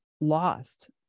lost